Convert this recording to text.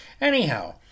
Anyhow